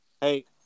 Hey